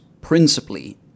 principally